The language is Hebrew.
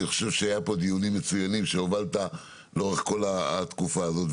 אני חושב שהיו פה דיונים מצוינים שהובלת לאורך כל התקופה הזאת.